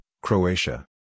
Croatia